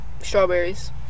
strawberries